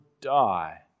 die